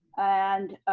and